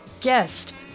guest